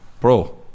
bro